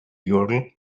yodel